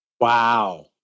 Wow